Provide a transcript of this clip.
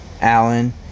Allen